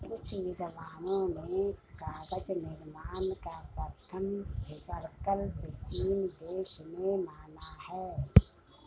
कुछ विद्वानों ने कागज निर्माण का प्रथम प्रकल्प चीन देश में माना है